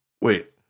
Wait